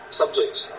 subjects